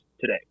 today